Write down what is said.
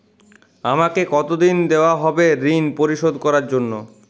আমাকে কতদিন দেওয়া হবে ৠণ পরিশোধ করার জন্য?